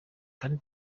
kandi